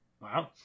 Wow